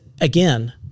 again